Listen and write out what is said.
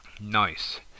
Nice